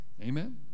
Amen